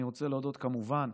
אני רוצה להודות, כמובן,